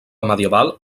medieval